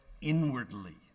inwardly